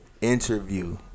interview